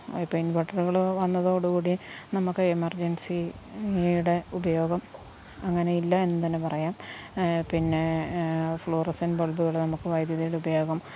ഇപ്പം ഇൻവെർട്ടറുകള് വന്നതോടുകൂടി നമുക്ക് എമർജൻസിയുടെ ഉപയോഗം അങ്ങനെയില്ല എന്ന് തന്നെ പറയാം പിന്നെ ഫ്ലൂറിസെൻ ബൾബുകള് നമുക്ക് വൈദ്യുതിയുടെ ഉപയോഗം